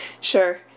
Sure